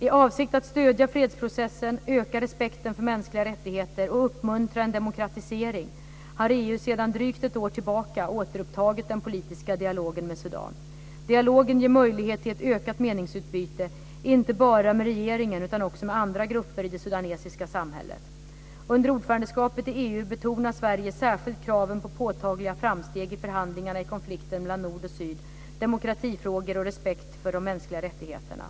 I avsikt att stödja fredsprocessen, öka respekten för mänskliga rättigheter och uppmuntra en demokratisering har EU för drygt ett år sedan återupptagit den politiska dialogen med Sudan. Dialogen ger möjlighet till ett ökat meningsutbyte, inte bara med regeringen utan också med andra grupper i det sudanesiska samhället. Under ordförandeskapet i EU betonar Sverige särskilt kraven på påtagliga framsteg i förhandlingarna i konflikten mellan nord och syd, demokratifrågor och respekt för de mänskliga rättigheterna.